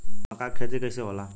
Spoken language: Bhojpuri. मका के खेती कइसे होला?